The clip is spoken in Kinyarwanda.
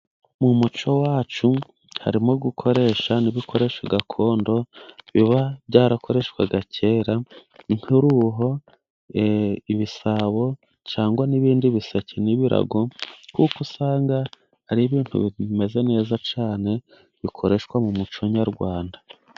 Mu muco wacu harimo gukoresha n'ibikoresho gakondo, biba byarakoreshwaga kera nk'uruho, ibisabo cyangwa n'ibindi biseke n'ibirago. Kuko usanga ari ibintu bimeze neza cyane bikoreshwa mu muco nyarwanda.